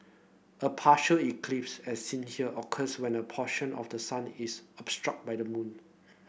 a partial eclipse as seen here occurs when a portion of the sun is by the moon